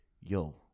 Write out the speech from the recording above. yo